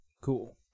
Cool